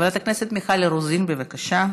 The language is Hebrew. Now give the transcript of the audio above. חברת הכנסת מיכל רוזין, בבקשה.